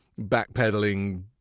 backpedaling